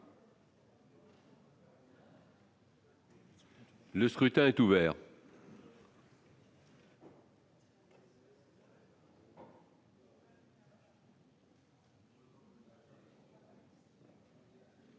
Le scrutin est ouvert.